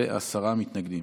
ועשרה מתנגדים,